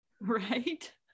Right